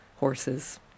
horses